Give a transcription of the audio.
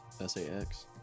S-A-X